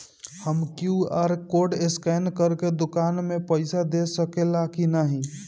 हम QR code scan करके दुकान में पईसा दे सकेला की नाहीं?